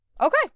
okay